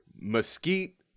mesquite